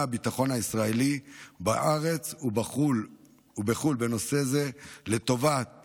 הביטחון הישראלי בארץ ובחו"ל בנושא זה לטובת